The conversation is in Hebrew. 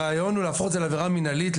הרעיון הוא להפוך את זה לעבירה מינהלית,